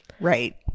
Right